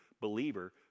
believer